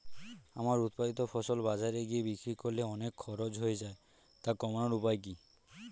আমার উৎপাদিত ফসল বাজারে গিয়ে বিক্রি করলে অনেক খরচ হয়ে যায় তা কমানোর উপায় কি?